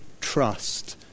trust